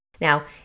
Now